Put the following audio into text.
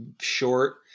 short